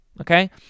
okay